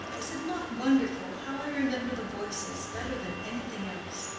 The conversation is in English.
is it not wonderful how i remember the voices better than anything else?